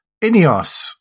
Ineos